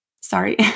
Sorry